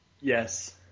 Yes